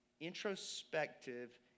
introspective